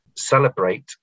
celebrate